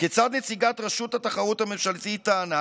כיצד נציגת רשות התחרות הממשלתית טענה